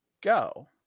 go